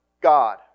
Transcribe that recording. God